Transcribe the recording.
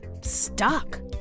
stuck